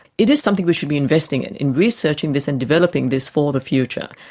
it is something we should be investing and in, researching this and developing this for the future.